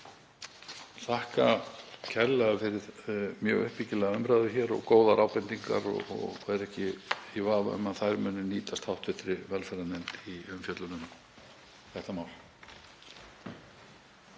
þakka kærlega fyrir mjög uppbyggilega umræðu og góðar ábendingar. Ég er ekki í vafa um að þær muni nýtast hv. velferðarnefnd í umfjöllun um þetta mál.